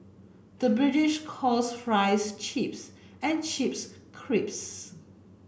the British calls fries chips and chips